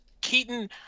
Keaton